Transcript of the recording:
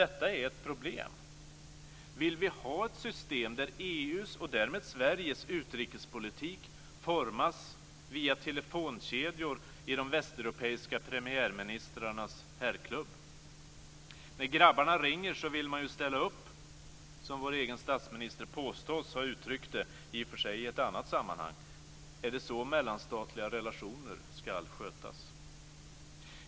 Detta är ett problem. Vill vi ha ett system där EU:s och därmed Sveriges utrikespolitik formas via telefonkedjor i de västeuropeiska premiärministrarnas herrklubb? Vår egen statsminister påstås, i och för sig i ett annat sammanhang, ha uttryckt det så här: När grabbarna ringer vill man ju ställa upp. Är det så mellanstatliga relationer ska skötas?